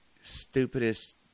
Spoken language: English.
Stupidest